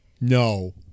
no